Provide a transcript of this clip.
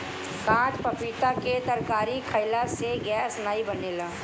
काच पपीता के तरकारी खयिला से गैस नाइ बनेला